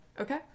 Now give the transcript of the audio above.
Okay